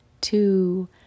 two